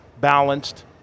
balanced